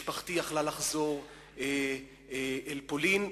משפחתי היתה יכולה לחזור אל פולין,